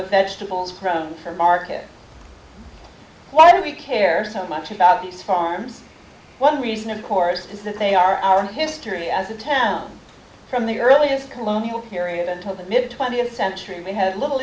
of vegetables grown for market why we care so much about these farms one reason of course is that they are our history as a town from the earliest colonial period until the mid twentieth century we have little